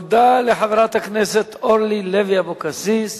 תודה לחברת הכנסת אורלי לוי אבקסיס.